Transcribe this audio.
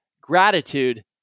gratitude